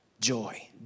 joy